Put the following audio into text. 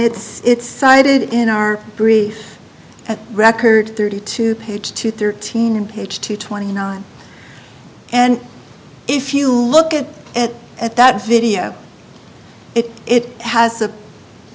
it's it's cited in our brief at record thirty two page two thirteen and page two twenty nine and if you look at it at that video it has